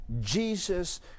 Jesus